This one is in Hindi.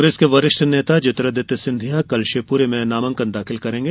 कांग्रेस के वरिष्ठ नेता ज्योतिरादित्य सिंधिया कल शिवपुरी में नामांकन दाखिल करेंगे